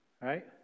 right